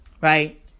right